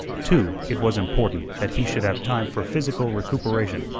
too it was important that he should have time for physical recuperation.